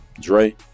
Dre